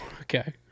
Okay